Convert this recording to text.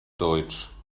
deutsch